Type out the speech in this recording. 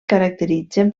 caracteritzen